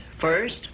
first